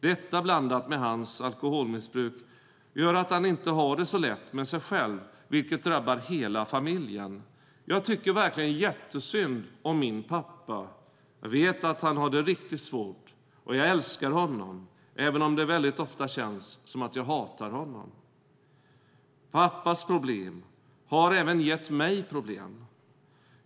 Detta blandat med hans alkoholmissbruk gör att han inte har det så lätt med sig själv vilket drabbar hela familjen. Jag tycker verkligen jätte synd om min pappa, vet att han har det riktigt svårt och jag älskar honom även om det väldigt ofta känns som jag hatar honom. Pappas problem har även gett mig problem.